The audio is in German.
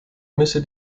müsse